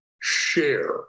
share